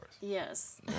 Yes